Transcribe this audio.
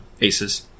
aces